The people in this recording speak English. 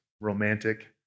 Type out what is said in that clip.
romantic